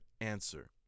answer